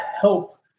help